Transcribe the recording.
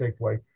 takeaway